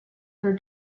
her